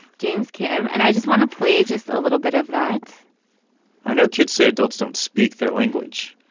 james kim. and i just want to play just a little bit of that i know kids say adults don't speak their language.